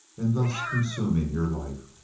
in thus consuming your life